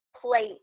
plate